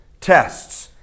Tests